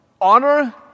honor